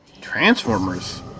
Transformers